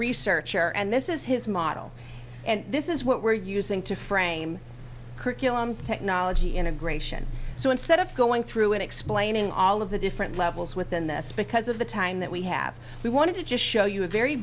researcher and this is his model and this is what we're using to frame curriculum technology integration so instead of going through and explaining all of the different levels within this because of the time that we have we wanted to just show you a very